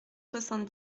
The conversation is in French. soixante